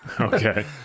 okay